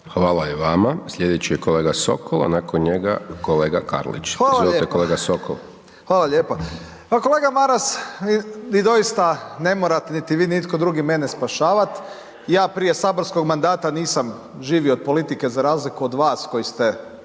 kolega Karlić, izvolite kolega Sokol. **Sokol, Tomislav (HDZ)** Hvala lijepa, hvala lijepa. Pa kolega Maras, vi doista ne morate, niti vi, ni itko drugi mene spašavat, ja prije saborskog mandata nisam živio od politike za razliku od vas koji ste